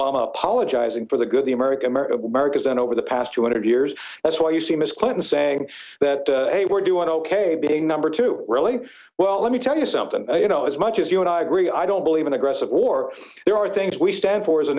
obama apologizing for the good the american marable americas and over the past two hundred years that's why you see ms clinton saying that hey we're doing ok being number two really well let me tell you something you know as much as you and i agree i don't believe in aggressive war there are things we stand for as a